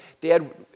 Dad